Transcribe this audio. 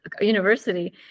university